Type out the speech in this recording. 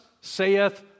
saith